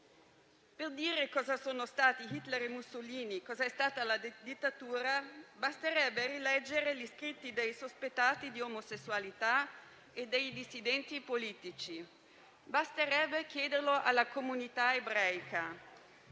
Per dire cosa sono stati Hitler e Mussolini e cos'è stata la dittatura, basterebbe rileggere gli scritti dei sospettati di omosessualità e dei dissidenti politici; basterebbe chiederlo alla comunità ebraica,